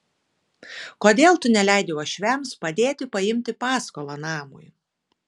kodėl tu neleidi uošviams padėti paimti paskolą namui